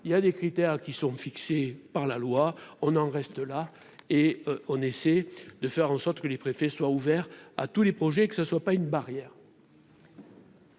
il y a des critères qui sont fixées par la loi, on en reste là, et on essaie de faire en sorte que les préfets soient ouvert à tous les projets que ce ne soit pas une barrière.